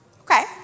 Okay